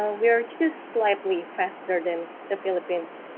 ah we are just slightly faster than the philippines.